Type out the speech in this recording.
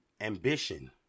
ambition